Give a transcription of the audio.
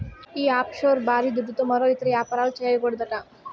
ఈ ఆఫ్షోర్ బారీ దుడ్డుతో మరో ఇతర యాపారాలు, చేయకూడదట